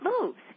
moves